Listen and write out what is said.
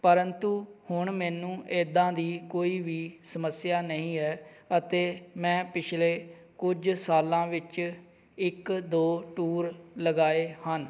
ਪਰੰਤੂ ਹੁਣ ਮੈਨੂੰ ਇੱਦਾਂ ਦੀ ਕੋਈ ਵੀ ਸਮੱਸਿਆ ਨਹੀਂ ਹੈ ਅਤੇ ਮੈਂ ਪਿਛਲੇ ਕੁਝ ਸਾਲਾਂ ਵਿੱਚ ਇੱਕ ਦੋ ਟੂਰ ਲਗਾਏ ਹਨ